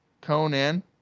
Conan